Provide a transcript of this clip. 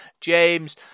James